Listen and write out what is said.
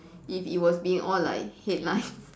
if it was being all like headline